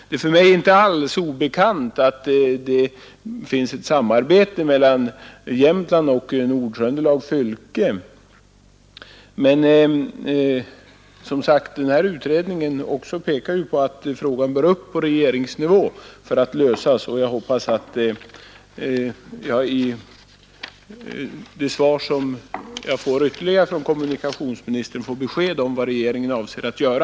Det är inte alls obekant för mig att det finns ett samarbete mellan länsstyrelsen i Jämtlands län och Nord-Tröndelag fylke, men eftersom den gjorda utredningen pekar på att frågan bör tas upp på regeringsnivå, hoppas jag att kommunikationsministern i det kompletterande svar som han lämnar på min fråga skall ge besked om vad regeringen avser att göra.